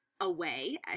away